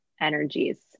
energies